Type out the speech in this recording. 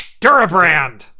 durabrand